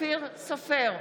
אופיר סופר,